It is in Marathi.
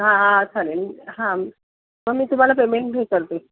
हां हां चालेल हां मग मी तुम्हाला पेमेंट हे करते